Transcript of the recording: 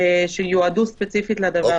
שיועדו ספציפית לזה.